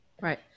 Right